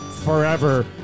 forever